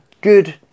good